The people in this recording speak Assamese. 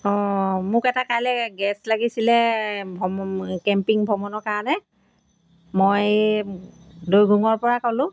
অ' মোক এটা কাইলৈ গেছ লাগিছিলে ভ্ৰম কেম্পিং ভ্ৰমণৰ কাৰণে মই দৈগুঙৰ পৰা ক'লোঁ